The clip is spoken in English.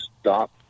stop